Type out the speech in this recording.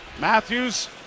Matthews